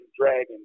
Dragon